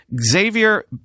Xavier